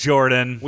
Jordan